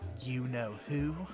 you-know-who